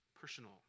personal